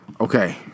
Okay